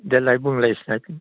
देलाय बुंलाय सोर